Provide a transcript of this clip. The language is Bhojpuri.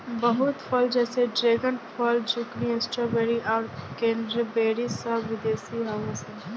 बहुत फल जैसे ड्रेगन फल, ज़ुकूनी, स्ट्रॉबेरी आउर क्रेन्बेरी सब विदेशी हाउअन सा